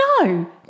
No